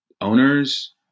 owners